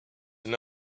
and